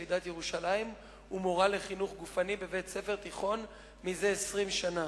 ילידת ירושלים ומורה לחינוך גופני בבית-ספר תיכון זה 20 שנה.